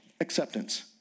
acceptance